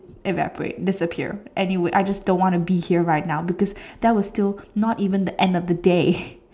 evaporate disappear anywhere I just don't want to be here right now because that was still not even the end of the day